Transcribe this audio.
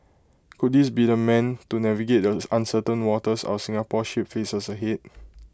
could this be the man to navigate the uncertain waters our Singapore ship faces ahead